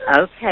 Okay